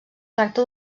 tracta